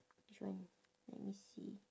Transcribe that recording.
which one let me see